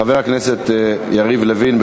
חבר הכנסת יריב לוין,